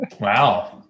Wow